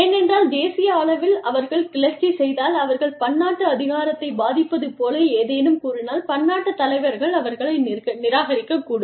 ஏனென்றால் தேசிய அளவில் அவர்கள் கிளர்ச்சி செய்தால் அவர்கள் பன்னாட்டு அதிகாரத்தைப் பாதிப்பது போல ஏதேனும் கூறினால் பன்னாட்டுத் தலைவர்கள் அவற்றை நிராகரிக்கக்கூடும்